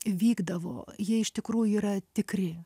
vykdavo jie iš tikrųjų yra tikri